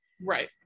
right